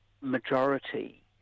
majority